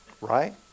Right